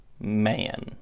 MAN